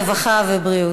הרווחה והבריאות.